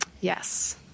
Yes